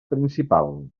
principal